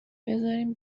بذارین